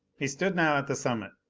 he stood now at the summit,